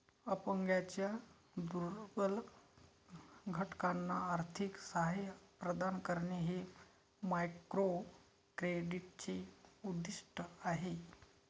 अपंगांच्या दुर्बल घटकांना आर्थिक सहाय्य प्रदान करणे हे मायक्रोक्रेडिटचे उद्दिष्ट आहे